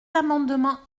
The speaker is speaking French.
amendements